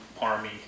Army